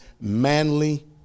manly